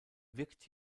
wirkt